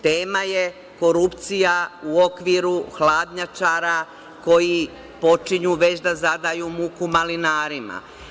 Tema je korupcija u okviru hladnjačara koji počinju već da zadaju muku malinarima.